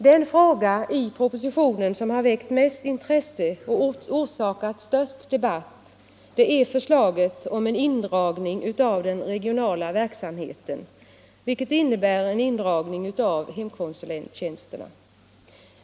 Den fråga i propositionen som har väckt mest intresse och orsakat den största debatten är förslaget om en indragning av den regionala verksamheten, vilket innebär en indragning av hemkonsulenttjänsterna.